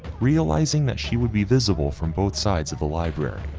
realizing that she would be visible from both sides of the library,